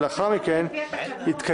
ולאחר מכן דיון